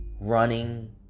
running